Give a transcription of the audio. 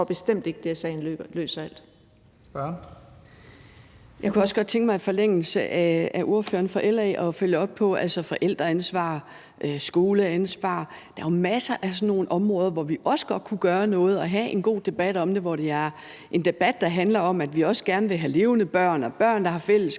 Kl. 15:37 Mona Juul (KF): Jeg kunne også godt tænke mig i forlængelse af det, ordføreren for LA sagde, at følge op på forældreansvar og skoleansvar. Der er jo masser af sådan nogle områder, hvor vi også godt kunne gøre noget og have en god debat om det, og hvor det er en debat, der handler om, at vi også gerne vil have levende børn og børn, der har fællesskaber